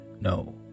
No